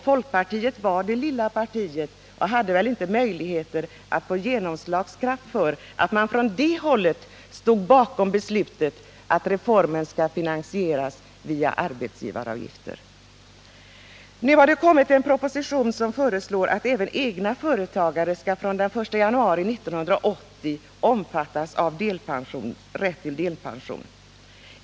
Folkpartiet var det lilla partiet och hade inte möjlighet att få genomslagskraft. Det har nu kommit en proposition som föreslår att även egna företagare skall från den 1 januari 1980 omfattas av rätt till delpension.